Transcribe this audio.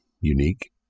unique